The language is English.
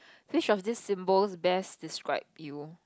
which of these symbols best describe you